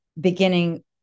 beginning